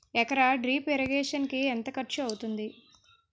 ఎకర drip irrigation కి ఎంత ఖర్చు అవుతుంది?